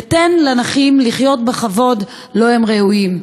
ותן לנכים לחיות בכבוד שלו הם ראויים.